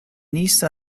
niece